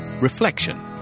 reflection